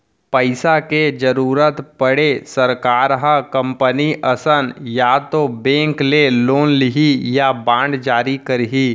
पइसा के जरुरत पड़े सरकार ह कंपनी असन या तो बेंक ले लोन लिही या बांड जारी करही